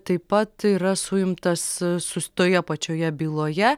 taip pat yra suimtas sus toje pačioje byloje